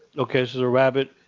ok, this is a rabbit.